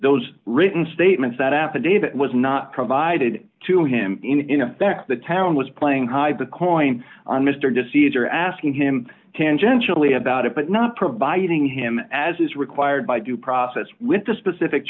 those written statements that affidavit was not provided to him in effect the town was playing hide the coin on mr deceit or asking him tangentially about it but not providing him as is required by due process with the specific